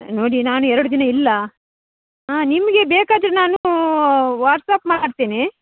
ನೋಡಿ ನಾನು ಎರಡು ದಿನ ಇಲ್ಲ ಹ್ಞ ನಿಮಗೆ ಬೇಕಾದರೆ ನಾನು ವಾಟ್ಸಪ್ ಮಾಡ್ತೇನೆ